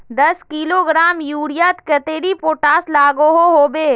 दस किलोग्राम यूरियात कतेरी पोटास लागोहो होबे?